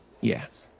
Yes